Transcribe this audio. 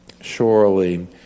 Surely